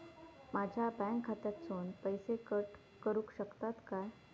माझ्या बँक खात्यासून पैसे कट करुक शकतात काय?